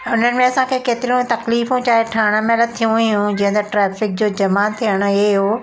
उनमें असांखे केतिरियूं तकलीफ़ूं चाहे ठहणु महिल थियूं हुयूं जीअं त ट्रेफिक जो जमा थियणु हे हो